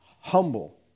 humble